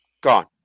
Gone